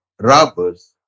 Robbers